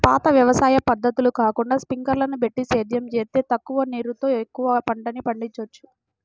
పాత వ్యవసాయ పద్ధతులు కాకుండా స్పింకర్లని బెట్టి సేద్యం జేత్తే తక్కువ నీరుతో ఎక్కువ పంటని పండిచ్చొచ్చు